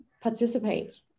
participate